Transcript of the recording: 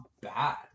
bad